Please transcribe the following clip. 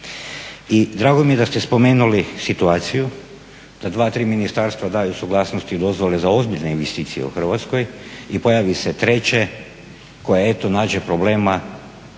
I drago mi je da ste spomenuli situaciju da dva, tri ministarstva daju suglasnost i dozvole za ozbiljne investicije u Hrvatskoj i pojavi se treće koje eto nađe problem